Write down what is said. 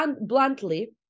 bluntly